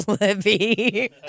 Libby